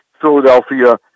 Philadelphia